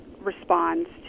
responds